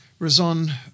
Razan